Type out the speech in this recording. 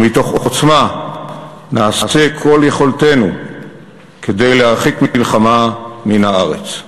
ומתוך עוצמה נעשה ככל יכולתנו כדי להרחיק מלחמה מן הארץ.